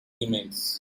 emails